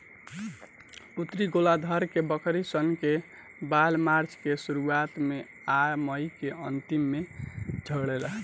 उत्तरी गोलार्ध के बकरी सन के बाल मार्च के शुरुआत में आ मई के अन्तिम में झड़ेला